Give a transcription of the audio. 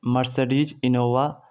Mercedes Innova